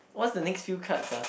what's the next few cards ah